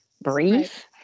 brief